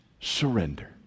surrender